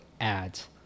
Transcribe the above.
ads